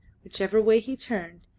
whichever way he turned,